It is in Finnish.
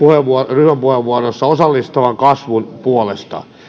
ryhmäpuheenvuoroissa osallistavan kasvun puolesta